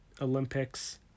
Olympics